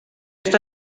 esta